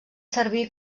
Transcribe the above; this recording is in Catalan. servir